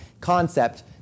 concept